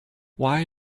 why